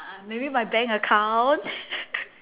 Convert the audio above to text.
maybe my bank account